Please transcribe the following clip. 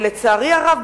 לצערי הרב,